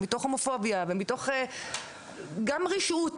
הומופוביה ומתוך גם רשעות,